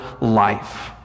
life